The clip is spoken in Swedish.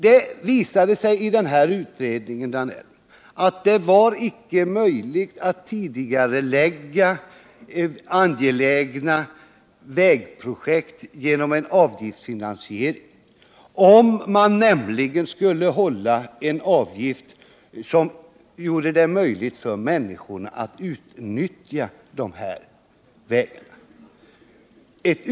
Det visade sig i den av mig åberopade utredningen att det icke var möjligt att tidigarelägga angelägna vägprojekt genom en avgiftsfinansiering, om man nämligen skulle hålla en avgift som gjorde det möjligt för människorna att utnyttja de här vägarna.